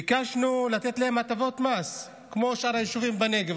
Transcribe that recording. ביקשנו לתת להם הטבות מס כמו לשאר היישובים בנגב,